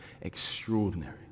extraordinary